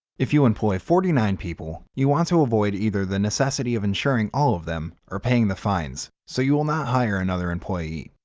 if you employ forty nine people, you want to avoid either the necessity of insuring all of them or paying the fines, so you will not hire another employee.